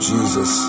Jesus